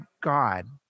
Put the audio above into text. God